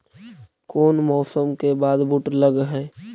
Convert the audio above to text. कोन मौसम के बाद बुट लग है?